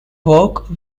work